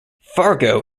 fargo